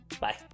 Bye